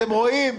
אתם רואים,